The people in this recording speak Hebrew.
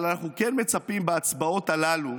אבל אנחנו כן מצפים בהצבעות הללו